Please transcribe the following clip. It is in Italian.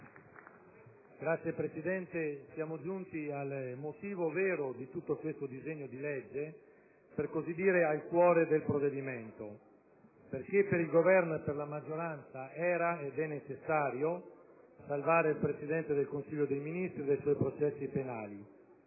Signor Presidente, siamo giunti al vero motivo di tutto questo disegno di legge e, per così dire, al cuore del provvedimento, perché per il Governo e per la maggioranza era ed è necessario salvare il Presidente del Consiglio dei ministri dai suoi processi penali.